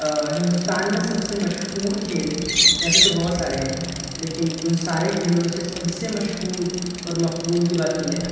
ہندوستان میں سب سے مشہور کھیل ویسے تو بہت سارے ہیں لیکن ان سارے کھیلوں میں سے سب سے مشہور اور مقبول کی بات کی جائے